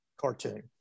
cartoon